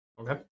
okay